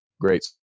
Great